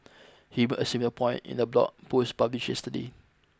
he made a similar point in a blog post published yesterday